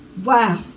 Wow